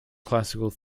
classical